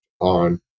on